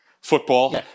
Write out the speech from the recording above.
football